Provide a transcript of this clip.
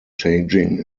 changing